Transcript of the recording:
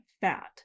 fat